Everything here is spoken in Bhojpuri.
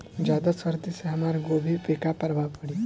ज्यादा सर्दी से हमार गोभी पे का प्रभाव पड़ी?